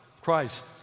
Christ